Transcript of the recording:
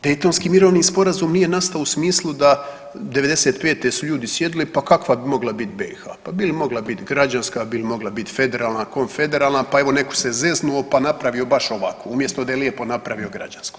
Dejtonski mirovni sporazum nije nastao u smislu da '95. su ljudi sjedili, pa kakva bi mogla bit BiH, pa bi li mogla bit građanska, bi li mogla bit federalna, konfederalna, pa evo netko se zeznuo pa napravio baš ovako umjesto da je lijepo napravio građansku.